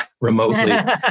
remotely